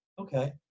okay